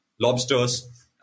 lobsters